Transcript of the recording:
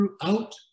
throughout